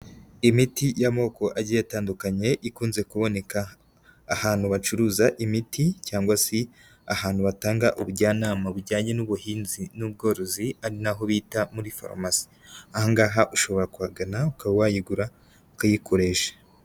Imiti y'amoko agiye atandukanye ikunze kuboneka ahantu bacuruza imiti cyangwa se ahantu batanga ubujyanama bujyanye n'ubuhinzi n'ubworozi ari naho bita muri farumasi, aha ngaha ushobora kuhagana uka wayigura ukayikoresha.